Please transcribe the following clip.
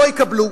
לא יקבלו.